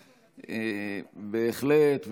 בהחלט,